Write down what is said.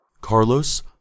Carlos